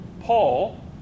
Paul